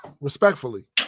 respectfully